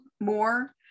more